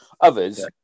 others